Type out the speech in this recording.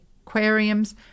aquariums